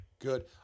Good